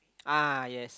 ah yes